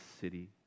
city